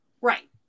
Right